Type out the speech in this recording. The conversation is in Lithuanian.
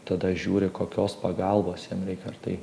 tada žiūri kokios pagalbos jam reik ar tai